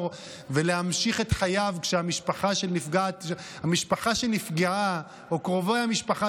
ולהמשיך את חייו כשהמשפחה שנפגעה או קרובי המשפחה